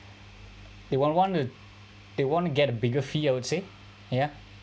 they would wanna they want to get a bigger fee I would say ya